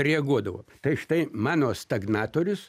reaguodavo tai štai mano stagnatorius